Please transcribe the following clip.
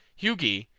hugi,